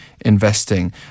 investing